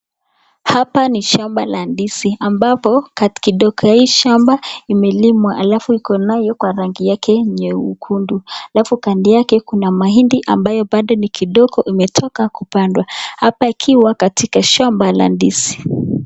Hapa ni shamba la ndizi ambapo katika hii shamba imelimwa alafu ikonayo kwa rangi yake nyekundu alafu kando yake kuna mahindi ambayo bado ni kidogo imetoka kupandwa hapa ikiwa katika shamba la ndizi.